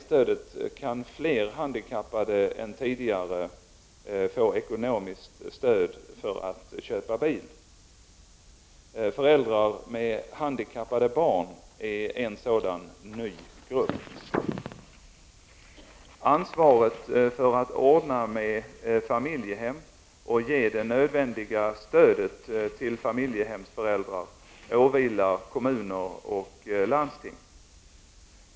stöd till att köpa bil. Föräldrar med handikappade barn är en sådan ny grupp. Ansvaret för att ordna familjehem och ge det nödvändiga stödet till familjehemsföräldrar åvilar kommuner och landsting.